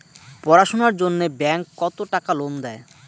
পড়াশুনার জন্যে ব্যাংক কত টাকা লোন দেয়?